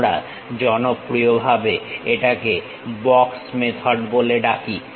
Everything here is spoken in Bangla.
আমরা জনপ্রিয় ভাবে এটাকে বক্স মেথড বলে ডাকি